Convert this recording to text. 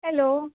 hello